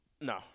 No